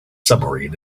submarine